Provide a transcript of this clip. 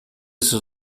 sus